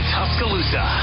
Tuscaloosa